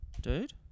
Dude